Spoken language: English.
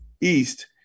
east